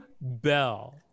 Bell